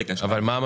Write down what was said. כנראה,